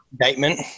indictment